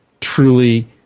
truly